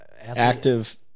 Active